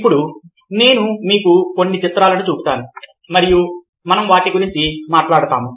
ఇప్పుడు నేను మీకు కొన్ని చిత్రాలను చూపుతాను మరియు మనం వాటి గురించి మాట్లాడుతాము